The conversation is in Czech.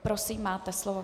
Prosím, máte slovo.